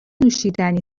نوشیدنی